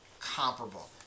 Comparable